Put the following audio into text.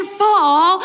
fall